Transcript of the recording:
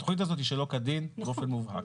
התכנית הזאת היא שלא כדין באופן מובהק.